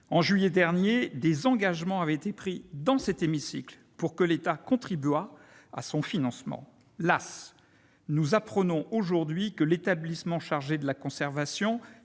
En juillet dernier, des engagements avaient été pris dans cet hémicycle pour que l'État contribue à son financement. Las ! Nous apprenons aujourd'hui que l'établissement chargé de la conservation